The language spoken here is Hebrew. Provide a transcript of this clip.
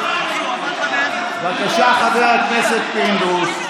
בבקשה, חבר הכנסת פינדרוס.